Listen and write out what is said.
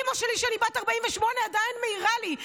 אימא שלי, ואני בת 8 , עדיין מעירה לי.